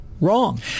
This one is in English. wrong